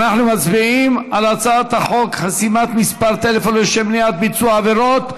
אנחנו מצביעים על הצעת החוק חסימת מספר טלפון לשם מניעת ביצוע עבירות,